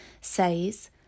says